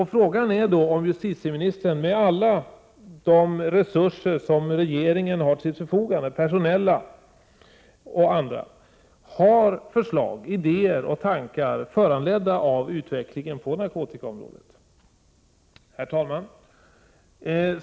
Frågan är då om justitieministern med alla de resurser, personella och andra, som regeringen har till förfogande har förslag, idéer, tankar föranledda av utvecklingen på narkotikaområdet. Herr talman!